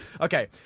Okay